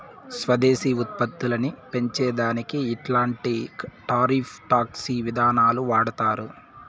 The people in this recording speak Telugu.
స్వదేశీ ఉత్పత్తులని పెంచే దానికి ఇట్లాంటి టారిఫ్ టాక్స్ విధానాలు వాడతారు